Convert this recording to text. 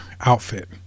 outfit